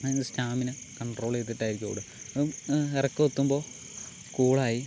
എൻ്റെ stamina control ചെയ്തിട്ടായിരിക്കും ഓടുക അപ്പോൾ ഇറക്കം എത്തുമ്പോൾ കൂളായി